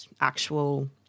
actual